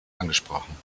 angesprochen